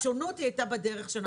השונות הייתה בדרך שזה נעשה.